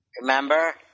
Remember